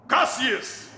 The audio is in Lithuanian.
kas jis